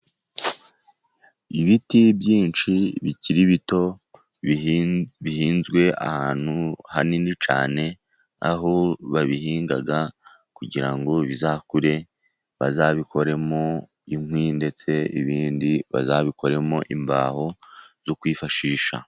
Ibiti byinshi bikiri bito bihinzwe ahantu hanini cyane, aho babihinga kugira ngo bizakure, bazabikoremo inkwi ndetse ibindi bazabikoremo imbaho zo kwifashisha.